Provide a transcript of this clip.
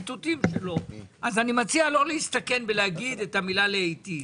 אני מציע לא להסתכן בלהגיד את המילה "להיטיב".